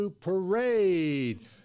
Parade